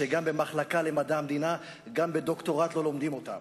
שגם במחלקה למדעי המדינה וגם בדוקטורט לא לומדים אותם,